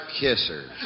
kisser